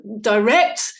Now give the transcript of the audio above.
direct